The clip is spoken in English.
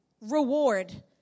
reward